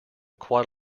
quite